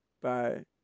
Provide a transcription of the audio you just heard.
Bye